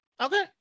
Okay